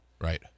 Right